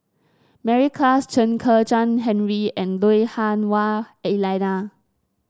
Mary Klass Chen Kezhan Henri and Lui Hah Wah Elena